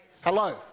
Hello